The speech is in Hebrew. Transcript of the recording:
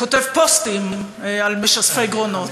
כותב פוסטים על משספי גרונות.